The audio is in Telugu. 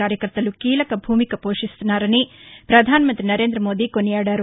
కార్యకర్తలు కీలక భూమిక పోషిన్తున్నారని వధానమంతి నరేందమోదీ కొనియాడారు